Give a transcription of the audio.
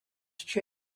change